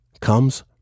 comes